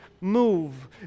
move